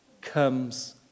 comes